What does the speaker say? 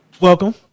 Welcome